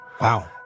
Wow